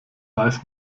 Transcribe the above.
weiß